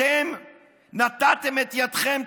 אתם נתתם את ידכם,